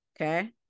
okay